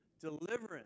deliverance